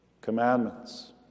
commandments